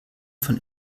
von